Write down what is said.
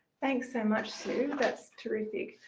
thanks so much sue. that's terrific.